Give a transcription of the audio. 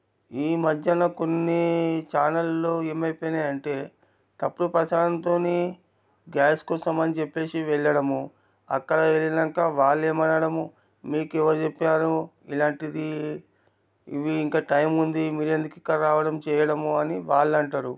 ఈ మధ్యన కొన్ని ఛానల్లో ఎమైపొయినాయంటే తప్పుడు ప్రచారంతోనే గ్యాస్ కోసం అని చెప్పేసి వెళ్ళడము అక్కడ వెళ్ళినంక వాళ్ళేమనడము మీకెవరు చెప్పారు ఇలాంటిది ఇవి ఇంకా టైం ఉంది మీరు ఎందుకు ఇక్కడ రావడం చేయడము అని వాళ్ళంటరు